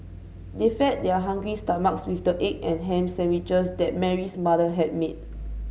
they fed their hungry stomachs with the egg and ham sandwiches that Mary's mother had made